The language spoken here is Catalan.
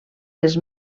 les